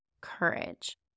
courage